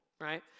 right